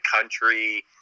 country